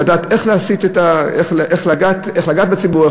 לדעת איך לגעת בציבור,